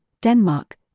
Denmark